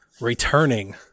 returning